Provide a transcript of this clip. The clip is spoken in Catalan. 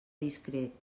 discret